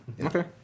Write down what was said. Okay